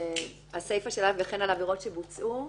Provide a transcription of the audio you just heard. הסיפה של (א):"וכן על עבירות שבוצעו"?